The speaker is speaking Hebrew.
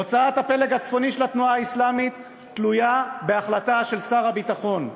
הוצאת הפלג הצפוני של התנועה האסלאמית תלויה בהחלטה של שר הביטחון.